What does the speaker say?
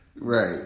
Right